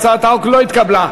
הצעת החוק לא התקבלה.